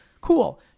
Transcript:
Cool